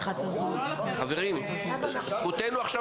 חברים, זכותנו עכשיו